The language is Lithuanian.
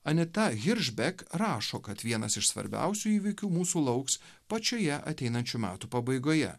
anita hiržbek rašo kad vienas iš svarbiausių įvykių mūsų lauks pačioje ateinančių metų pabaigoje